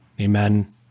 Amen